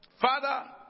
Father